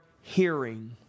hearing